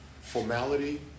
formality